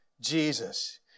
Jesus